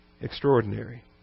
extraordinary